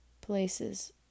places